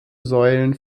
säulen